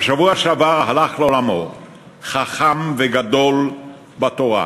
בשבוע שעבר הלך לעולמו חכם וגדול בתורה,